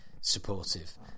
supportive